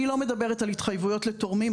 אני לא מדברת על התחייבויות לתורמים,